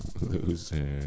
Loser